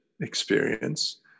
experience